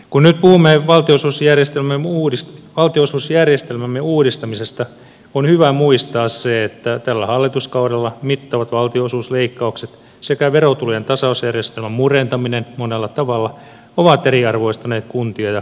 kun nyt puhumme valtionosuusjärjestelmämme uudistamisesta on hyvä muistaa että tällä hallituskaudella mittavat valtionosuusleikkaukset sekä verotulojen tasausjärjestelmän murentaminen monella tavalla ovat eriarvoistaneet kuntia ja kokonaisia alueita